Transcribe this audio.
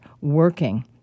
working